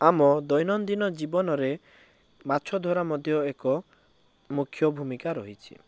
ଆମ ଦୈନନ୍ଦିନ ଜୀବନରେ ମାଛଧରା ମଧ୍ୟ ଏକ ମୁଖ୍ୟ ଭୂମିକା ରହିଛି